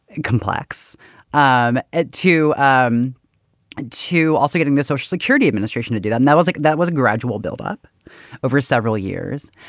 complex um at two um ah to also getting the social security administration to do that. and that was like that was a gradual build up over several years.